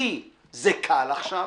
כי זה קל עכשיו.